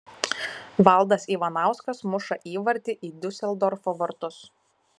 valdas ivanauskas muša įvartį į diuseldorfo vartus